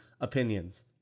opinions